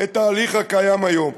את ההליך הקיים היום,